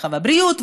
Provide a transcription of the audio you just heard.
הרווחה והבריאות,